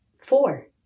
four